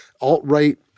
alt-right